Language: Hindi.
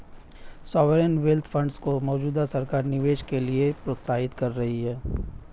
सॉवेरेन वेल्थ फंड्स को मौजूदा सरकार निवेश के लिए प्रोत्साहित कर रही है